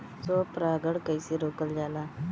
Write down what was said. स्व परागण कइसे रोकल जाला?